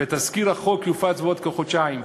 ותזכיר החוק יופץ בעוד כחודשיים,